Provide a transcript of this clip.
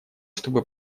чтобы